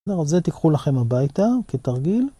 לא... זה תיקחו לכם הביתה, כתרגיל.